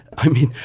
i mean,